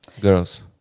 girls